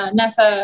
nasa